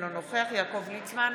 אינו נוכח יעקב ליצמן,